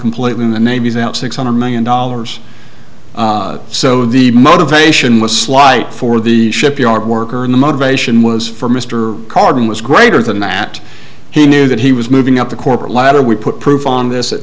completely in the navy's out six hundred million dollars so the motivation was slight for the shipyard worker and the motivation was for mr carden was greater than that he knew that he was moving up the corporate ladder we put proof on this